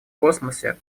космосе